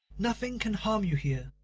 nothing can harm you here.